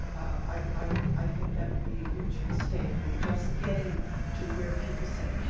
i think that would be a huge mistake. we're just getting to where people say, ah,